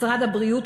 משרד הבריאות,